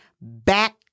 back